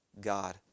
God